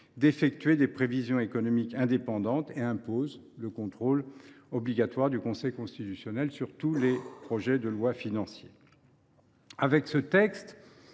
d’effectuer des prévisions économiques indépendantes. Elle impose un contrôle du Conseil constitutionnel sur tous les projets de loi financiers. Mme la